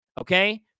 okay